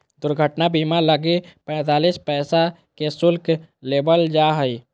दुर्घटना बीमा लगी पैंतीस पैसा के शुल्क लेबल जा हइ